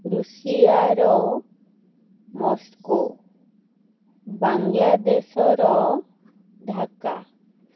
ରୁଷିଆର ମସ୍କୋ ବାଙ୍ଗଲା ଦେଶର ଢାକା